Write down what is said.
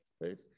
right